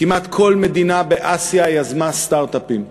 כמעט כל מדינה באסיה יזמה סטרט-אפים,